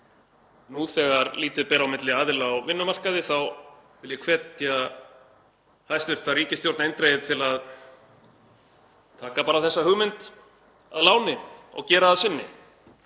nú þegar lítið ber á milli aðila á vinnumarkaði þá vil ég hvetja hæstv. ríkisstjórn eindregið til að fá bara þessa hugmynd að láni og gera að sinni;